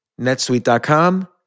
netsuite.com